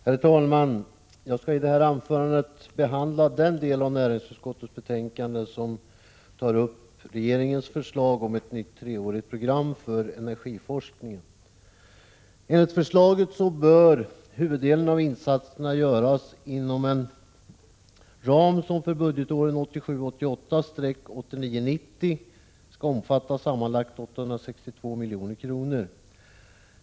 Herr talman! Jag skall i detta anförande behandla den del av näringsutskottets betänkande som tar upp regeringens förslag om ett nytt treårigt program för energiforskningen. Enligt förslaget bör huvuddelen av insatserna göras inom en ram som för budgetåren 1987 90 skall omfatta sammanlagt 882 milj.kr.